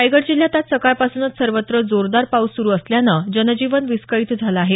रायगड जिल्हयात आज सकाळ पासूनच सर्वत्र जोरदार पाऊस सुरु असल्यानं जनजीवन विस्कळीत झालं आहे